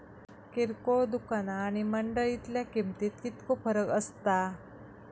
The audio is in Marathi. किरकोळ दुकाना आणि मंडळीतल्या किमतीत कितको फरक असता?